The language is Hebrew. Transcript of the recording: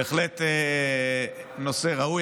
זה בהחלט נושא ראוי.